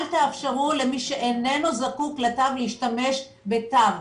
אל תאפשרו למי שאיננו זקוק לתו להשתמש בתו,